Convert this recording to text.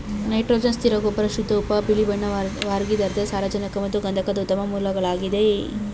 nitrogen ಸ್ಥಿರ ಗೊಬ್ಬರ ಶುದ್ಧ ಉಪ್ಪು ಬಿಳಿಬಣ್ಣವಾಗಿರ್ತದೆ ಸಾರಜನಕ ಮತ್ತು ಗಂಧಕದ ಉತ್ತಮ ಮೂಲಗಳಾಗಿದೆ